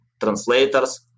translators